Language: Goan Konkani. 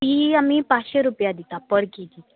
ती आमी पांचशे रुपया दिता पर जी